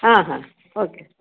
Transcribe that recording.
ಹಾಂ ಹಾಂ ಓಕೆ